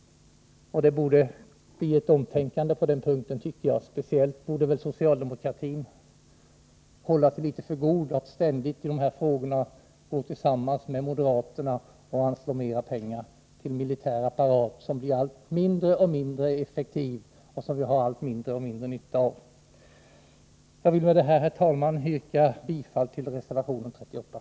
Det borde bli ett omtänkande på denna punkt. Speciellt borde socialdemokratin hålla sig för god för att i dessa frågor ständigt gå ihop med moderaterna och anslå mer pengar till en militärapparat som blir allt mindre effektiv och som vi har allt mindre nytta av. Jag vill med detta, herr talman, yrka bifall till reservation 38.